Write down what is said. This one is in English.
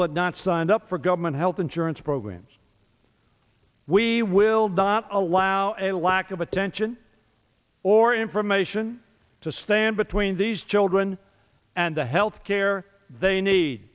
but not signed up for government health insurance programs we will not allow a lack of attention or information to stand between these children and the health care they need